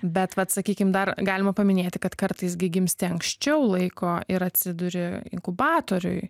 bet vat sakykim dar galima paminėti kad kartais gi gimsti anksčiau laiko ir atsiduri inkubatoriuj